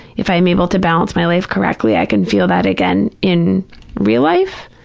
if i'm able to balance my life correctly, i can feel that again in real life.